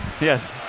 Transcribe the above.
Yes